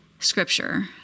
scripture